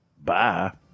Bye